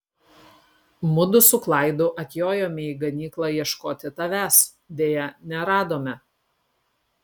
mudu su klaidu atjojome į ganyklą ieškoti tavęs deja neradome